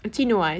actually no ah